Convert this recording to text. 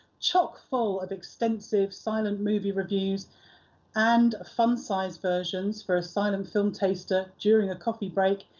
chock-full of extensive silent movie reviews and fun-size versions for a silent film taster during a coffee break,